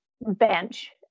bench